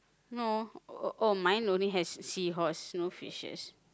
no oh mine only has seahorse no fishes